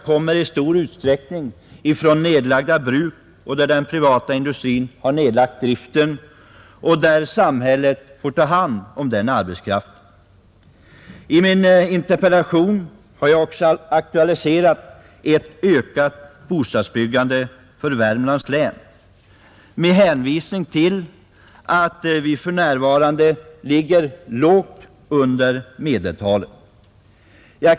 Jag hyser stor oro för den äldre arbetskraften och för dem som är 50 år eller däröver och som tålmodigt väntar på en chans till meningsfyllda sysselsättningstillfällen.